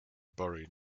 buried